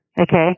Okay